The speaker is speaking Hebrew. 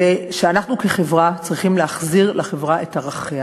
זה שאנחנו כחברה צריכים להחזיר לחברה את ערכיה.